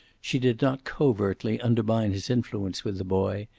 she did not covertly undermine his influence with the boy,